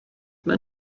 mae